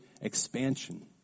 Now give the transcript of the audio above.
expansion